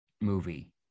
movie